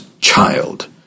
child